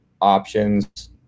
options